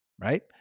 right